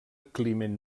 climent